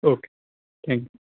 okay thank you